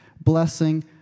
blessing